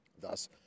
thus